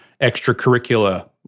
extracurricular